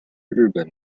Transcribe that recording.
日本